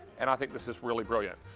and i think this is really brilliant.